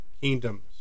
kingdoms